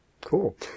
Cool